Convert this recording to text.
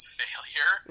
failure